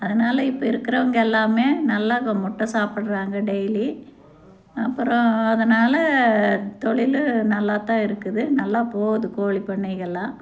அதனால் இப்போ இருக்கிறவுங்க எல்லாமே நல்லா இப்போ முட்டை சாப்பிட்றாங்க டெய்லி அப்புறம் அதனால் தொழில் நல்லாத்தான் இருக்குது நல்லா போகுது கோழி பண்ணைகளெலாம்